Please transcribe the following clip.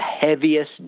heaviest